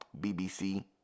BBC